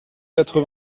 quatre